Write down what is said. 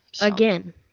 Again